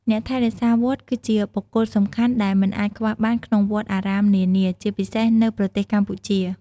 អ្នកថែរក្សាវត្ត គឺជាបុគ្គលសំខាន់ដែលមិនអាចខ្វះបានក្នុងវត្តអារាមនានា ជាពិសេសនៅប្រទេសកម្ពុជា។